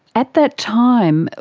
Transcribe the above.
at that time,